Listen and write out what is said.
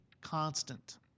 constant